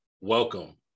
welcome